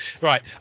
Right